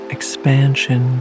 Expansion